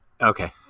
Okay